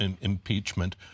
impeachment